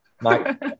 Mike